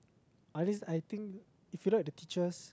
at least I think if you look at the teachers